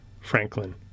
Franklin